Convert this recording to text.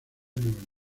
nueva